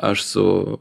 aš su